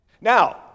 Now